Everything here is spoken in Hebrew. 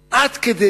בואו נתיישר אתן.